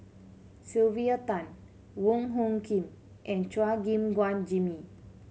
Sylvia Tan Wong Hung Khim and Chua Gim Guan Jimmy